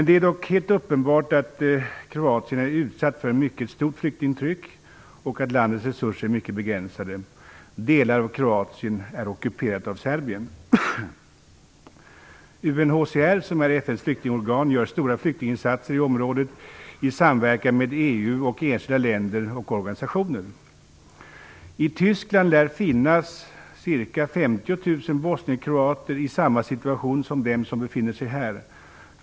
Det är dock helt uppenbart att Kroatien är utsatt för ett mycket stort flyktingtryck och att landets resurser är mycket begränsade. Delar av Kroatien är ockuperade av Serbien. UNHCR, som är FN:s flyktingorgan, gör stora flyktinginsatser i området i samverkan med EU och enskilda länder och organisationer. I Tyskland lär det finnas ca 50 000 bosnienkroater i samma situation som dem som befinner sig här.